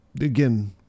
again